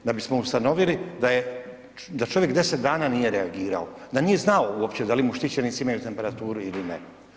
Da bismo ustanovili da je, da čovjek 10 dana nije reagirao, da nije znao uopće da li mu štićenici imaju temperaturu ili ne.